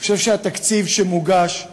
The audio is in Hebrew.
אני חושב שהתקציב שמוגש הוא